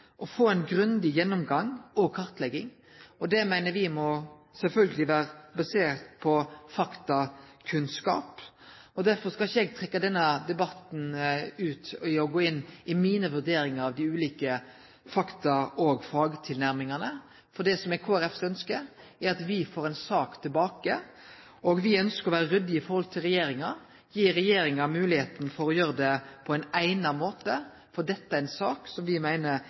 å få ein grundig gjennomgang og ei kartlegging. Det meiner me sjølvsagt må vere basert på faktakunnskap. Eg skal ikkje trekkje denne debatten ut med å gå inn i mine vurderingar av dei ulike fakta- og fagtilnærmingane. Det som er Kristeleg Folkepartis ønske, er at me får ei sak tilbake. Me ønskjer å vere ryddige overfor regjeringa og gi ho moglegheit til å gjere det på eigna måte, for dette er ei sak som me meiner